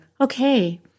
Okay